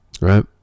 right